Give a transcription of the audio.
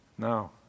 Now